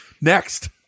Next